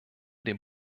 dem